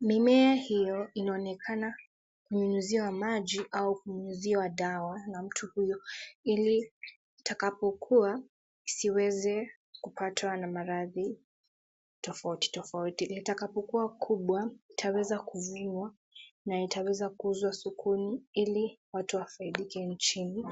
Mimea hiyo inaonekana kunyunyiziwa maji au kunyunyiziwa dawa na mtu huyo, ili itakapokua isiweze kupatwa maradhi tofauti tofauti. Yatakapo kua kubwa itaweza kuvunwa na itaweza kuuzwa sokoni ili watu wafaidike nchini.